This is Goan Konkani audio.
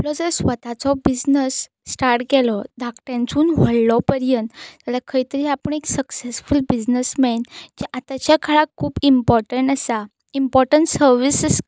आपलो जर स्वताचो बिजनस स्टार्ट केलो धाकट्यानसून व्हडलो पर्यंत जाल्यार खंय तरी आपूण एक सक्सॅसफूल बिजनस मॅन जें आतांच्या काळाक खूब इमपॉर्टंट आसा इमपॉर्टंट सर्विसीस